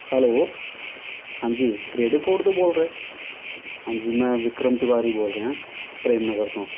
hello ਹਾਂਜੀ creative food ਤੋਂ ਬੋਲ ਰਹੇ ਹਾਂਜੀ ਮੈਂ ਵਿਕਰਮ ਤਿਵਾਰੀ ਬੋਲ ਰਿਹਾ ਪ੍ਰੇਮ ਨਗਰ ਤੋਂ